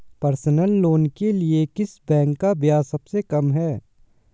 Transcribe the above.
Personal loan के लिए किस बैंक का ब्याज सबसे कम है?